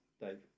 Dave